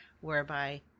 whereby